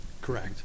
Correct